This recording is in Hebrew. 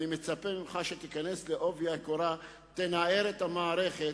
אני מצפה ממך שתיכנס בעובי הקורה, תנער את המערכת,